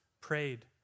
prayed